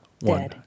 One